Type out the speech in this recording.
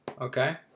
okay